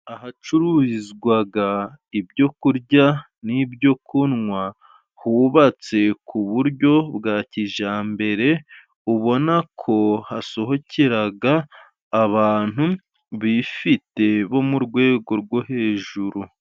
Ahacururizwa ibyo kurya n'ibyo kunywa hubatse ku buryo bwa kijyambere, ubonako hasohokera abantu bifite, bo mu rwego rwo hejuru.